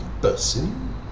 person